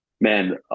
Man